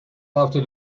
after